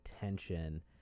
tension